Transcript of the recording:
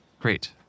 Great